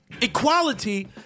Equality